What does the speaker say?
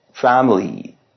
family